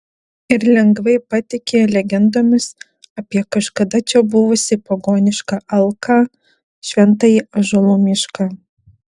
ir lengvai patiki legendomis apie kažkada čia buvusį pagonišką alką šventąjį ąžuolų mišką